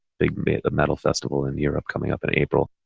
big metal festival in europe coming up in april.